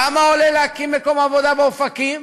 כמה עולה להקים מקום עבודה באופקים?